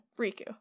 Riku